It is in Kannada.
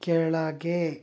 ಕೆಳಗೆ